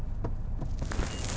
it's beautiful kalau engkau nak